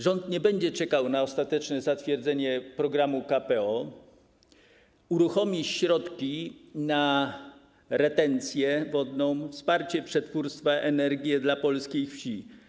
Rząd nie będzie czekał na ostateczne zatwierdzenie KPO, uruchomi środki na retencję wodną, wsparcie przetwórstwa, energię dla polskiej wsi.